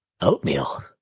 Oatmeal